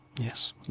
Yes